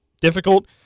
difficult